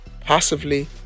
passively